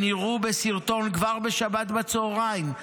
הם נראו בסרטון כבר בשבת בצוהריים,